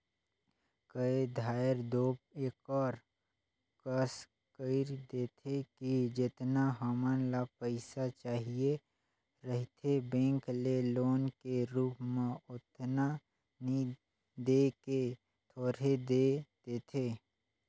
कए धाएर दो एकर कस कइर देथे कि जेतना हमन ल पइसा चाहिए रहथे बेंक ले लोन के रुप म ओतना नी दे के थोरहें दे देथे